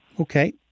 Okay